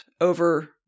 over